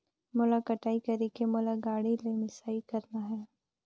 मोला कटाई करेके मोला गाड़ी ले मिसाई करना हे?